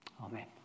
Amen